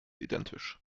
identisch